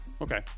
okay